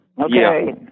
Okay